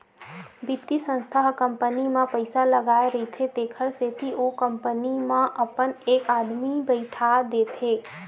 बित्तीय संस्था ह कंपनी म पइसा लगाय रहिथे तेखर सेती ओ कंपनी म अपन एक आदमी बइठा देथे